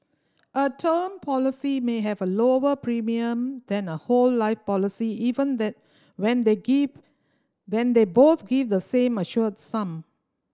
a term policy may have a lower premium than a whole life policy even then when they give when they both give the same assured sum